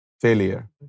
failure